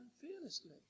fearlessly